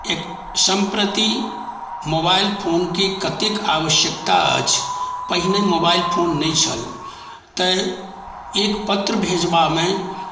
एक सम्प्रति मोबाइल फोनके कतेक आवश्यकता अछि पहिने मोबाइल फोन नहि छल तऽ एक पत्र भेजबामे